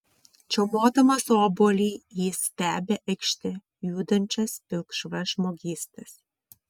čiaumodamas obuolį jis stebi aikšte judančias pilkšvas žmogystas